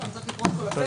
צריך לקרוא את כל הפרק.